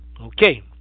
Okay